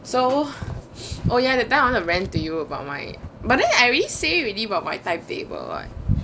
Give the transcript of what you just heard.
so oh ya that time I wanted to rant to you about my but then I already say already about my timetable [what]